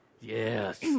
Yes